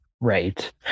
Right